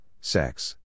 sex